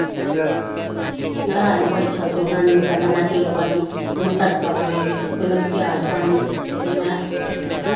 में राजमाह् बड़े शैल चौल बनान्नी होन्नी पैह्लें में तेल पान्नी फ्ही में तड़का पान्नी फिर में प्याज पान्नी ते फिर में